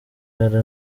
yari